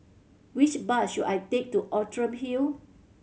which bus should I take to Outram Hill